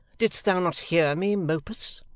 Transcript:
didst thou not hear me, mopus?